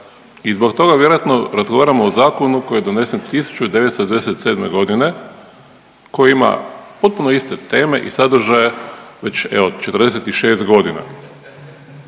i zbog toga vjerojatno razgovaramo o zakonu koji je donesen 1977. g. koji ima potpuno iste teme i sadržaje već, evo, 46 godina.